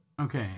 Okay